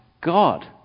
God